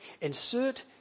Insert